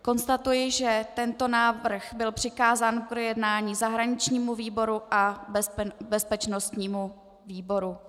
Konstatuji, že tento návrh byl přikázán k projednání zahraničnímu výboru a bezpečnostnímu výboru.